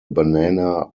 banana